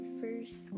first